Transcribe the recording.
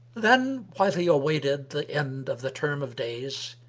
then, while he awaited the end of the term of days,